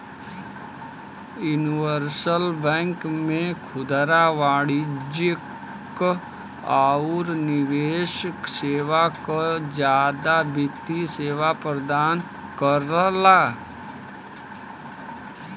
universal bank में खुदरा वाणिज्यिक आउर निवेश सेवा क जादा वित्तीय सेवा प्रदान करला